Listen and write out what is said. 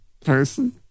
person